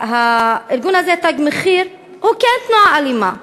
הארגון הזה, "תג מחיר", הוא כן תנועה אלימה,